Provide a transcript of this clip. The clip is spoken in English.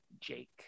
Jake